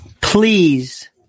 Please